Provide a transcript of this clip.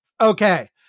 Okay